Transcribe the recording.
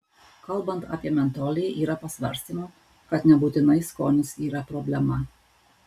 kalbant apie mentolį yra pasvarstymų kad nebūtinai skonis yra problema